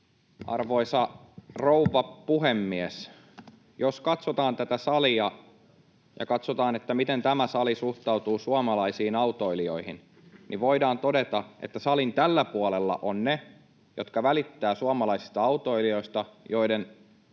Arvoisa rouva puhemies! Jos katsotaan tätä salia ja katsotaan, miten tämä sali suhtautuu suomalaisiin autoilijoihin, voidaan todeta, että salin tällä puolella ovat ne, jotka välittävät suomalaisista autoilijoista, joiden